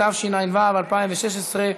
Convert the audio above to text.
התשע"ו 2016,